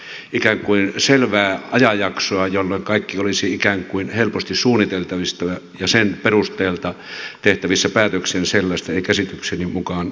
sellaista ikään kuin selvää ajanjaksoa jolloin kaikki olisi ikään kuin helposti suunniteltavissa ja sen perusteelta tehtävissä päätöksiä ei käsitykseni mukaan ole